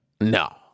No